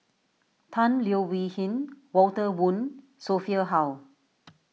Tan Leo Wee Hin Walter Woon Sophia Hull